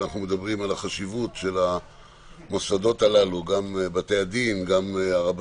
כשאנחנו מדברים על החשיבות של מוסדות כמו בתי-הדין והרבנות,